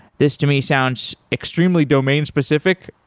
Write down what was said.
this to me sounds extremely domain specific,